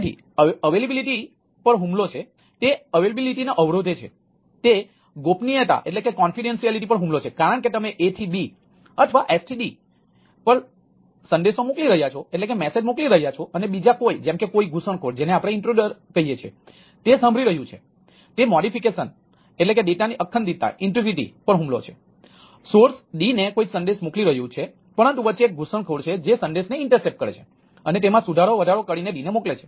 તેથી તે ઉપલબ્ધતા કરે છે અને તેમાં સુધારો વધારો કરીને d ને મોકલે છે